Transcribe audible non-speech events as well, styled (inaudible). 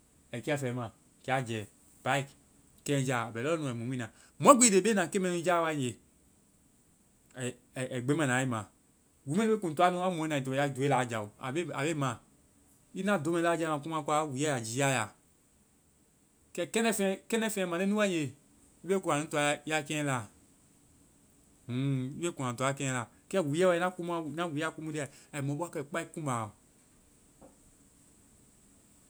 Ai kiafɛ ma. Kɛ a jɛ back keŋɛ jaa. A bɛ lɔɔ nu. Ai muimuina. Mɔ gbi i bebena keŋ mɛ nu jaa wae nge, ai-ai gbeŋgbana wa i ma. Wuu mɛ nu be kuŋ toanu mɔi na ai to ya doe laa jao. A be ma. I na doe mɛ nu laa jao na komua koa, wuu mɛnu wuuɛ ya jia i ya. Kɛ kɛndɛfeŋ-kɛndɛfeŋ mande nu wae nge, i be kuŋ anu toa ya keŋlaa. (hesitation) i bɛ kuŋ a toa ya keŋlaa. Kɛ wuuɛ wae, na wuuɛ a komu lia, ai mɔ bɔ wa kɛ kpai kumba ɔ